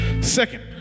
Second